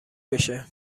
بشه